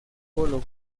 colo